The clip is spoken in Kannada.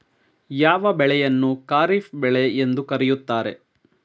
ಯಾವ ಬೆಳೆಯನ್ನು ಖಾರಿಫ್ ಬೆಳೆ ಎಂದು ಕರೆಯುತ್ತಾರೆ?